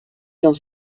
dans